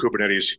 Kubernetes